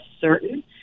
certain